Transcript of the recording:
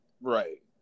Right